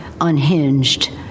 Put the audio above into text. unhinged